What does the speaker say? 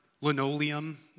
linoleum